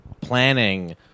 planning